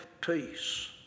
peace